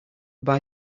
buy